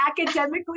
academically